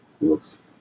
Looks